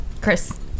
Chris